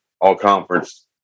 all-conference